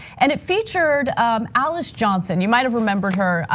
and it featured um alice johnson. you might have remembered her.